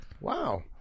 wow